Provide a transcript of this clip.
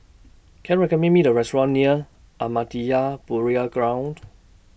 Can recommend Me A Restaurant near Ahmadiyya Burial Ground